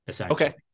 Okay